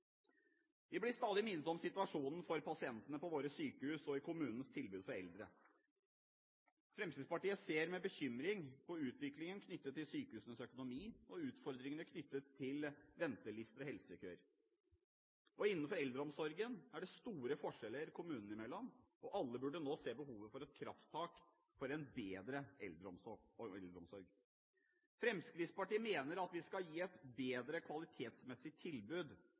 Vi blir stadig minnet om situasjonen for pasientene på våre sykehus og i kommunenes tilbud til eldre. Fremskrittspartiet ser med bekymring på utviklingen knyttet til sykehusenes økonomi og utfordringene knyttet til ventelister og helsekøer. Og innenfor eldreomsorgen er det store forskjeller kommunene imellom, og alle burde nå se behovet for et krafttak for en bedre eldreomsorg. Fremskrittspartiet mener at skal vi gi et bedre kvalitetsmessig tilbud